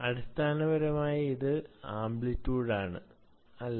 അടിസ്ഥാനപരമായി ഇത് ആംപ്ലിറ്യൂടാണ് അല്ലേ